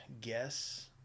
guess